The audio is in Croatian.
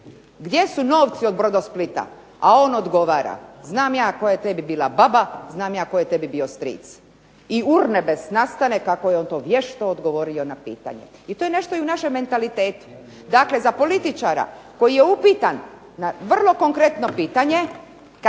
gdje su novci od Brodosplita, a on odgovara: "Znam ja tko je tebi bila baba, znam ja tko je tebi bio stric." I urnebes nastane kako je on to vješto odgovorio na pitanje. I to je nešto i u našem mentalitetu. Dakle, za političara koji je upitan na vrlo konkretno pitanje